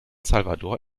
salvador